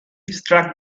struck